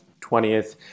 20th